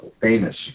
famous